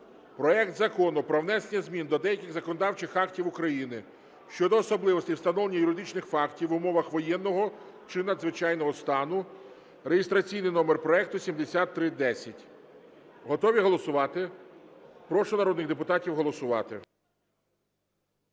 проект Закону про внесення змін до деяких законодавчих актів України щодо особливостей встановлення юридичних фактів в умовах воєнного чи надзвичайного стану (реєстраційний номер проекту 7310). Готові голосувати? Прошу народних депутатів голосувати.